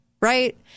right